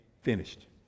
finished